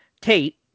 Tate